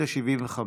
שאילתה 75,